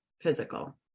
physical